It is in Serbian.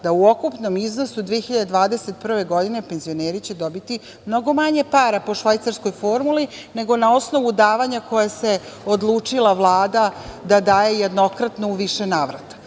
da u ukupnom iznosu 2021. godine penzioneri će dobiti mnogo manje para po švajcarskoj formuli nego na osnovu davanja za koje se odlučila Vlada da daje jednokratno u više navrata. Mi